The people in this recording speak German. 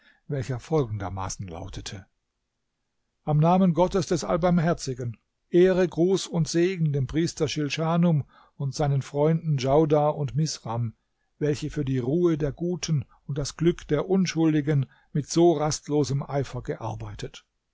welcher folgendermaßen lautete am namen gottes des allbarmherzigen ehre gruß und segen dem priester schilschanum und seinen freunden djaudar und misram welche für die ruhe der guten und das glück der unschuldigen mit so rastlosem eifer gearbeitet